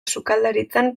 sukaldaritzan